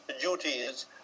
duties